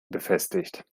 befestigt